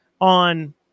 on